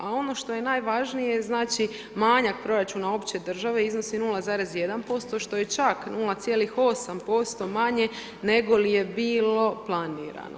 A ono što je najvažnije, znači manjak proračuna opće države iznosi 0,1% što je čak 0,8% manje nego li je bilo planirano.